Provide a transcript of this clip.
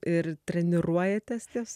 ir treniruojatės ties